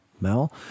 Mel